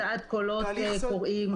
הוצאת קולות קוראים,